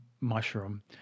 mushroom